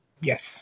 Yes